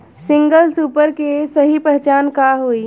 Single super के सही पहचान का हई?